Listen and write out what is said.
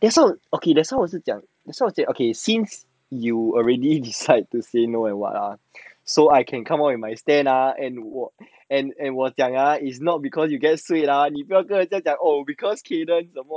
that's why okay that's why 我是讲 okay since you already decide to say no and [what] ah so I can come up with my stand ah and and and 我讲 ah is not because you get swayed ah 你不要跟人家讲 oh because kayden 什么